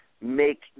make